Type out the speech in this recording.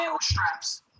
straps